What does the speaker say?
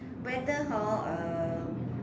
whether hor